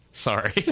Sorry